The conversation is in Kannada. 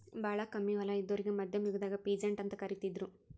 ಭಾಳ್ ಕಮ್ಮಿ ಹೊಲ ಇದ್ದೋರಿಗಾ ಮಧ್ಯಮ್ ಯುಗದಾಗ್ ಪೀಸಂಟ್ ಅಂತ್ ಕರಿತಿದ್ರು